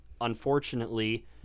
Unfortunately